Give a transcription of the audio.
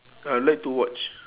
uh like to watch